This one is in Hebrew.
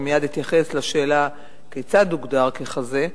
ומייד אתייחס לשאלה כיצד הוגדר ככזה,